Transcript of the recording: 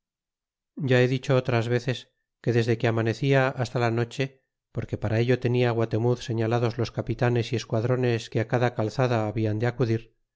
ya he dicho otras veces que desde que amanecia hasta la noche porque para ello tenia guatemuz señalados los capitanes y esquadrones que cada calzada habian de acudir